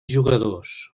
jugadors